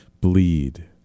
bleed